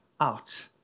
out